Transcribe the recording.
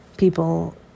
People